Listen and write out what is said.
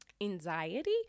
anxiety